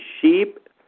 sheep